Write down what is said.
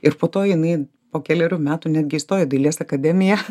ir po to jinai po kelerių metų netgi įstojo į dailės akademiją